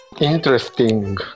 Interesting